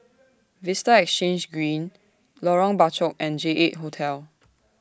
Vista Exhange Green Lorong Bachok and J eight Hotel